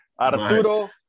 Arturo